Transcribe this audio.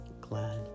glad